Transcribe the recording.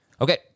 Okay